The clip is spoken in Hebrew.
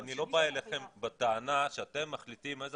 אני לא בא אליכם בטענה שאתם מחליטים איזה